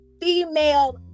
female